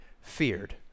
feared